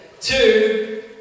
Two